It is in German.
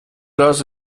das